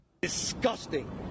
Disgusting